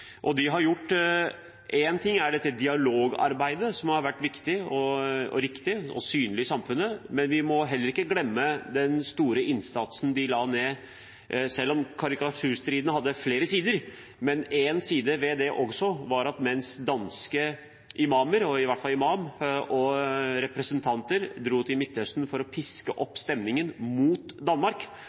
ting er det dialogarbeidet de har gjort, som har vært viktig og riktig og synlig i samfunnet, men vi må heller ikke glemme den store innsatsen de la ned. Selv om karikaturstriden hadde flere sider, var én side ved den at mens danske imamer – i hvert fall én imam – og representanter dro til Midtøsten for å piske opp stemningen mot Danmark,